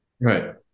Right